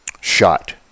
shot